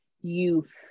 youth